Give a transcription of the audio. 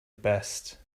best